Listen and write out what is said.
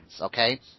okay